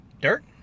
Dirt